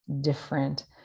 different